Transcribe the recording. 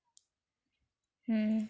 ᱦᱮᱸ